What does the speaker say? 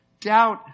Doubt